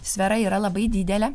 sfera yra labai didelė